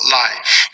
life